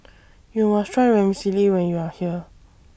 YOU must Try Vermicelli when YOU Are here